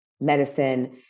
medicine